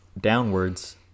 downwards